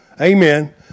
Amen